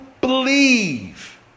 believe